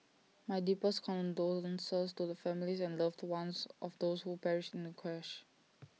my deepest condolences to the families and loved ones of those who perished in the crash